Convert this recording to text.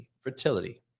fertility